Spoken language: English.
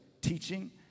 teaching